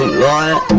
la